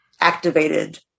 activated